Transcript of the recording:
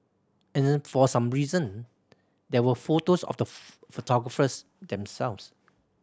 and for some reason there were photos of the photographers themselves